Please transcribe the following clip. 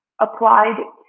applied